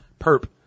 perp